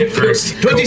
first